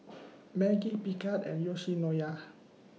Maggi Picard and Yoshinoya